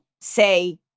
say